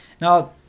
now